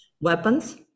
Weapons